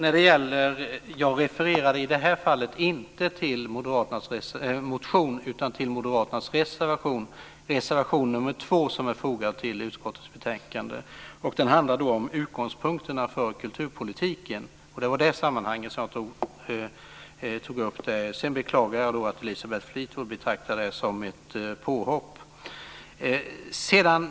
Fru talman! Jag refererade i det här fallet inte till Moderaternas motion utan till Moderaternas reservation nr 2 som är fogad till utskottets betänkande. Den handlar om utgångspunkterna för kulturpolitiken. Det var i det sammanhanget som jag tog upp frågan. Sedan beklagar jag att Elisabeth Fleetwood betraktar det som ett påhopp.